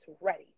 ready